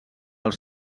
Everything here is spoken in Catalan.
els